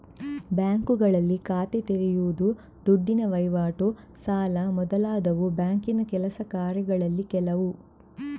ಬ್ಯಾಂಕುಗಳಲ್ಲಿ ಖಾತೆ ತೆರೆಯುದು, ದುಡ್ಡಿನ ವೈವಾಟು, ಸಾಲ ಮೊದಲಾದವು ಬ್ಯಾಂಕಿನ ಕೆಲಸ ಕಾರ್ಯಗಳಲ್ಲಿ ಕೆಲವು